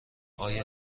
آیا